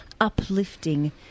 uplifting